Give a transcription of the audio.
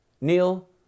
Neil